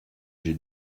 j’ai